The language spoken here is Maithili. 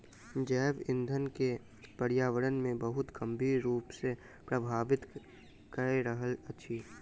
जैव ईंधन के पर्यावरण पर बहुत गंभीर रूप सॅ प्रभावित कय रहल अछि